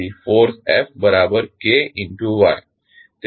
તેથી force ftKyt